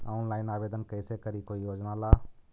Online आवेदन कैसे करी कोई योजना ला?